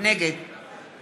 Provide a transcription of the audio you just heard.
נגד